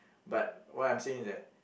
but what I'm saying is that